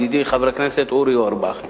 ידידי חבר הכנסת אורי אורבך,